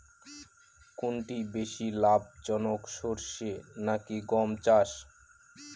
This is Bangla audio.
কোনটি বেশি লাভজনক সরষে নাকি গম চাষ?